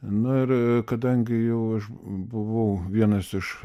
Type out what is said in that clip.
nu ir kadangi jau aš buvau vienas iš